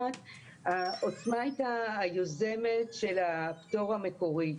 "עוצמה" הייתה היוזמת של הפטור המקורי.